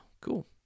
cool